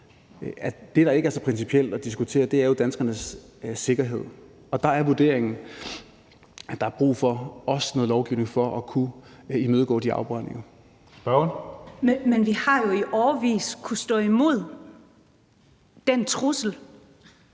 det, der ikke er så principielt at diskutere, jo er danskernes sikkerhed. Og der er vurderingen, at der også er brug for noget lovgivning for at kunne imødegå de afbrændinger. Kl. 17:26 Tredje næstformand (Karsten